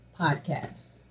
podcast